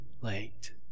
late